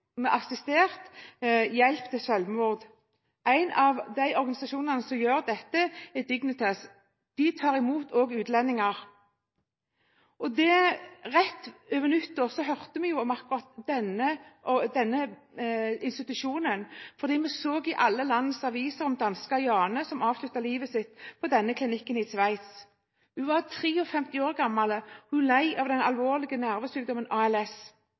med assistert selvmord. En av organisasjonene som gjør dette, er Dignitas. De tar også imot utlendinger. Rett over nyttår hørte vi om akkurat denne institusjonen, fordi vi i alle landets aviser leste om danske Jane som avsluttet livet sitt ved denne klinikken i Sveits. Hun var 53 år gammel. Hun led av den alvorlige nervesykdommen ALS.